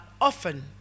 often